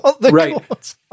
right